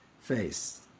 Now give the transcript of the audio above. face